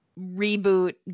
reboot